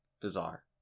Bizarre